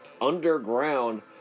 underground